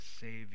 Savior